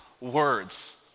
words